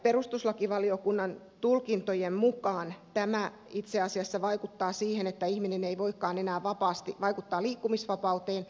perustuslakivaliokunnan tulkintojen mukaan tämä itse asiassa vaikuttaa liikkumisvapauteen ja vaikuttaa siihen että ihminen ei voikaan enää vapaasti vaikuttaa liikkumisvapauteen j